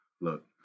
look